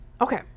Okay